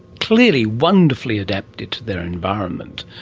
clearly wonderfully adapted to their environment.